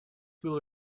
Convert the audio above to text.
will